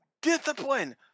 Discipline